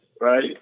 Right